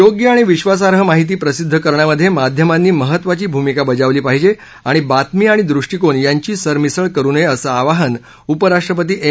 योग्य आणि विश्वासाई माहिती प्रसिद्ध करण्यामध्ये माध्यमांनी महत्वाची भूमिका बजावली पाहिजे आणि बातमी आणि दृष्टिकोन यांची सरमिसळ करू नये असं आवाहन उपराष्ट्रपती एम